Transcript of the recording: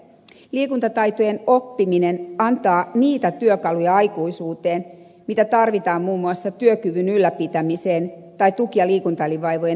liikuntataitojen oppiminen antaa niitä työkaluja aikuisuuteen mitä tarvitaan muun muassa työkyvyn ylläpitämiseen tai tuki ja liikuntaelinvaivojen ehkäisyyn ja hoitoon